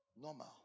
normal